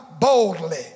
boldly